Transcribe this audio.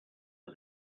was